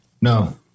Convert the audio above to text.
No